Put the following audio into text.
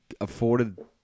afforded